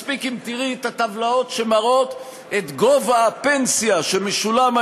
מספיק אם תראי את הטבלאות שמראות את גובה הפנסיה שמשולמת